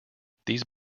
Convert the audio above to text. these